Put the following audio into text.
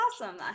awesome